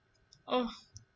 oh